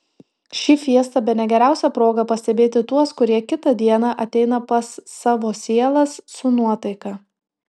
ši fiesta bene geriausia proga pastebėti tuos kurie kitą dieną ateina pas savo sielas su nuotaika